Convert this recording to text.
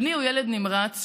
בני הוא ילד נמרץ,